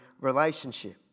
relationship